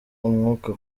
umwuka